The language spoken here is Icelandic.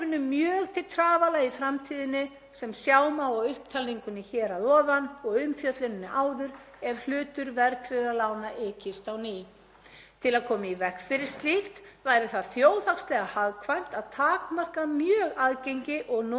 Til að koma í veg fyrir slíkt væri það þjóðhagslega hagkvæmt að takmarka mjög aðgengi og notkun slíkra lána, þar með talið að íhuga það í fúlustu alvöru að banna lánveitingar á slíkum lánum til einstaklinga.“ Svo mörg